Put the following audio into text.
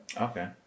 Okay